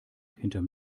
hinterm